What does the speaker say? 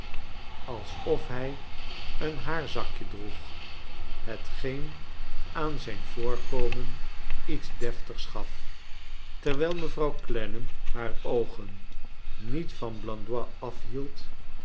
alsof hij een haarzakje droeg hetgeen aan zijn voorkomen iets deftigs gaf terwijl mevrouw clennam haar oogen niet van blandois